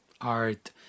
art